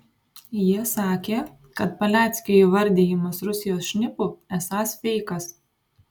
jie sakė kad paleckio įvardijimas rusijos šnipu esąs feikas